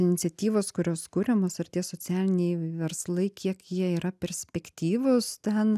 iniciatyvos kurios kuriamos ar tie socialiniai verslai kiek jie yra perspektyvūs ten